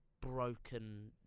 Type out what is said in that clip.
broken